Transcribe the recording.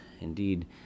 indeed